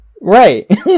Right